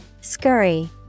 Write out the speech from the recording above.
Scurry